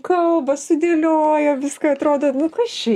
kalba sudėliojo viską atrodo nu kas čia